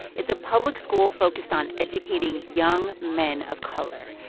it's a public school focused on educating young men of color.